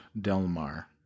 Delmar